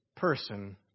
person